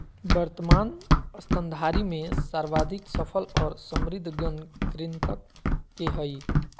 वर्तमान स्तनधारी में सर्वाधिक सफल और समृद्ध गण कृंतक के हइ